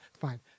fine